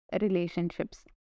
relationships